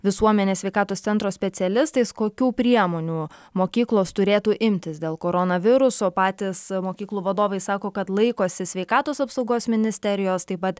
visuomenės sveikatos centro specialistais kokių priemonių mokyklos turėtų imtis dėl koronaviruso patys mokyklų vadovai sako kad laikosi sveikatos apsaugos ministerijos taip pat